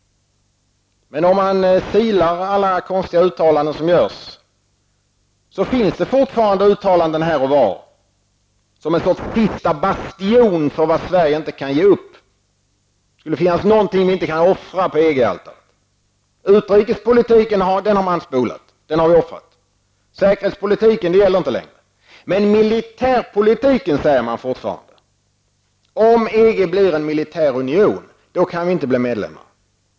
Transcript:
Men om vi silar alla konstiga uttalanden som görs, finner vi fortfarande uttalanden här och var som en sorts sista bastion för vad Sverige inte kan ge upp. Det skulle finnas någonting som vi inte kan offra på EG altaret. Utrikespolitiken har vi offrat. Säkerhetspolitiken gäller inte längre. Men beträffande militärpolitiken säger man fortfarande: Om EG blir en militär union, kan vi inte bli medlem.